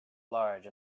large